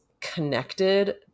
connected